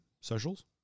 socials